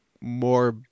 more